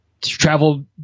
travel